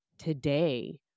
today